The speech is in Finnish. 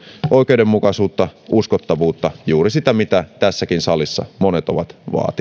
oikeudenmukaisuutta uskottavuutta juuri sitä mitä tässäkin salissa monet ovat vaatineet